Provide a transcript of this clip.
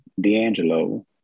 D'Angelo